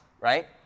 right